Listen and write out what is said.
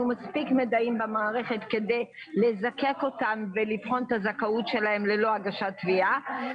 מספיק מידעים במערכת כדי לבחון את הזכאות שלהם ללא הגשת תביעה.